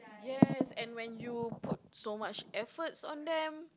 yes and when you put so much efforts on them